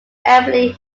everly